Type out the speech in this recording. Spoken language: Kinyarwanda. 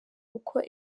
uko